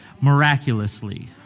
miraculously